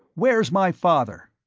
where's my father?